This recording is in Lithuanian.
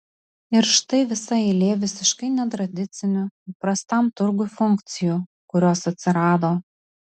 ir štai visa eilė visiškai netradicinių įprastam turgui funkcijų kurios atsirado